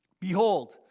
Behold